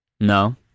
No